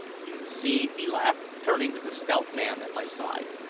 you see? he laughed, turning to the stout man at my side.